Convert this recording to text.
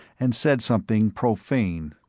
and said something profane.